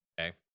okay